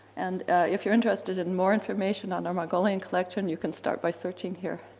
and if you're interested in more information on our mongolian collection, you can start by searching here.